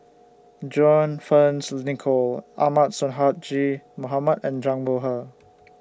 John Fearns Nicoll Ahmad Sonhadji Mohamad and Zhang Bohe